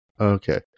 Okay